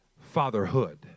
fatherhood